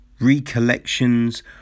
Recollections